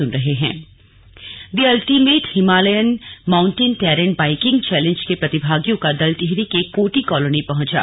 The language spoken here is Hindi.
MTB challenge the ultimate Himalayan mountain terrain biking challenge के प्रतिभागियों का दल टिहरी के कोटी कॉलोनी पहुंचा